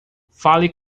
fale